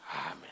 Amen